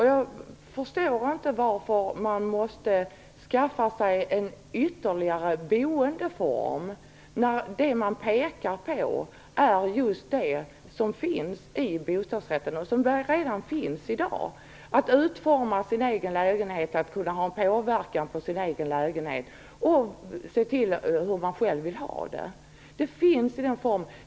Jag förstår inte varför man måste skaffa sig ytterligare en boendeform, när det man pekar på är just det som finns i bostadsrätten och som alltså redan finns i dag: att utforma sin egen lägenhet, att kunna påverka den egna lägenheten och se till hur man själv vill ha det. Den möjligheten finns i dag.